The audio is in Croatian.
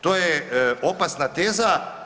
To je opasna teza.